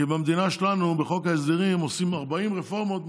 כי במדינה שלנו בחוק ההסדרים עושים 40 רפורמות,